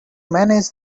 manage